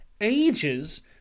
ages